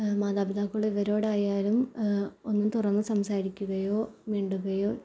മാതാപിതാക്കൾ ഇവരോടായാലും ഒന്ന് തുറന്ന് സംസാരിക്കുകയോ മിണ്ടുകയോ